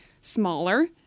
smaller